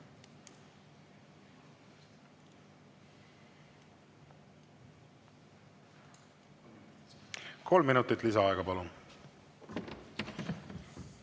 Kolm minutit lisaaega, palun!